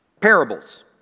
parables